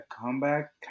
comeback